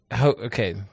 Okay